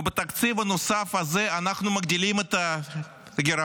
ובתקציב הנוסף הזה אנחנו מגדילים את הגירעון,